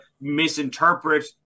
misinterpret